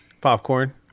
Popcorn